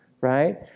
right